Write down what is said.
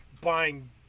buying